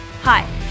hi